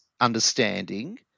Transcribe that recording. understanding